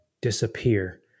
disappear